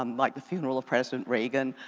um like the funeral of president reagan,